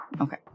Okay